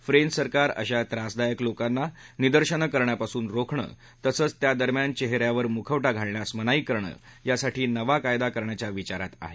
French सरकार अशा त्रासदायक लोकांना निदर्शन करण्यापासून रोखणं तसंच त्या दरम्यान चेह यावर मुखवटा घालण्यास मनाई करणं यासाठी नवा कायदा करण्याच्या विचारात आहे